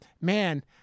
man